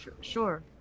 Sure